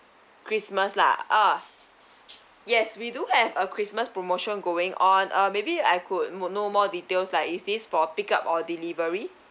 christmas lah uh yes we do have a christmas promotion going on uh maybe I could know more details like is this for pick up or delivery